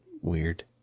Weird